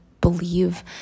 believe